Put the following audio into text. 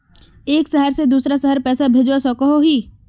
एक शहर से दूसरा शहर पैसा भेजवा सकोहो ही?